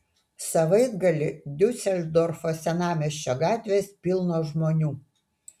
savaitgalį diuseldorfo senamiesčio gatvės pilnos žmonių